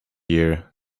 year